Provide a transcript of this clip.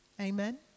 Amen